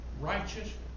righteous